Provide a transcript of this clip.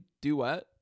duet